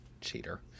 Cheater